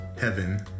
heaven